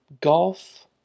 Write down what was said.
golf